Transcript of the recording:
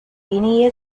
இனிய